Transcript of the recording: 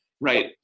Right